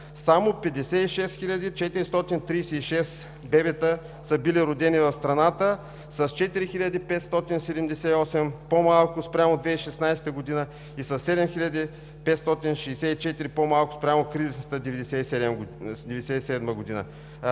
Само 56 436 бебета са били родени в страната – с 4578 по-малко спрямо 2016 г., и със 7564 по-малко спрямо кризисната 1997 г.